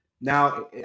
Now